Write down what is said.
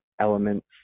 elements